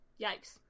Yikes